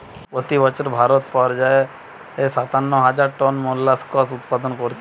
পোতি বছর ভারত পর্যায়ে সাতান্ন হাজার টন মোল্লাসকস উৎপাদন কোরছে